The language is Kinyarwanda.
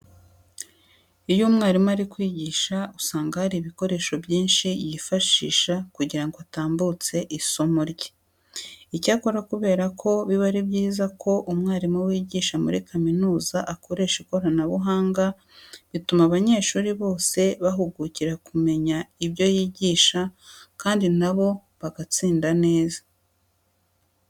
Iyo umwarimu ari kwigisha usanga hari ibikoresho byinshi yifashisha kugira ngo atambutse isomo rye. Icyakora kubera ko biba ari byiza ko umwarimu wigisha muri kaminuza akoresha ikoranabuhanga, bituma abanyeshuri bose bahugukira kumenya ibyo yigisha kandi na bo bagatsinda neza.